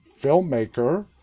filmmaker